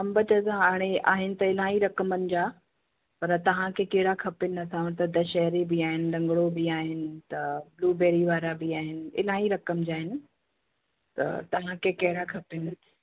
अंब त ॾिसो हाणे आहिनि त इलाही रक़मनि जा पर तव्हांखे कहिड़ा खपनि असां वटि दशहरी बि आहिनि लंॻड़ो बि आहिनि त ब्लूबेरी वारा बि आहिनि त इलाही रक़म जा आहिनि तव्हांखे कहिड़ा खपनि